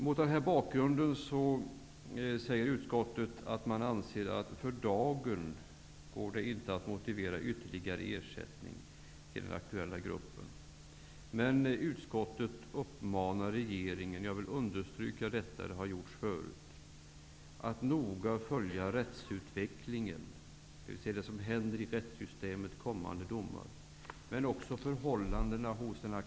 Mot denna bakgrund anser utskottet att det för dagen inte går att motivera ytterligare ersättning till den aktuella gruppen. Men jag vill understryka att utskottet uppmanar regeringen att noga följa rättsutvecklingen -- dvs. det som händer inom rättssystemet och kommande domar -- och förhållandena hos gruppen.